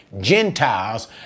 Gentiles